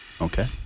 okay